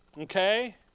okay